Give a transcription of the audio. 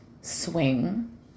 swing